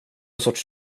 sorts